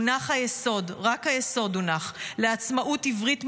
הונח היסוד, רק היסוד הונח, לעצמאות עברית ממשית.